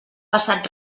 passat